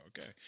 Okay